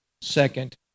second